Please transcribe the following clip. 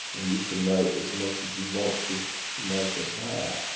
and you can make as much as you want to make of that